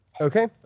Okay